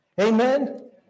Amen